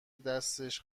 دستش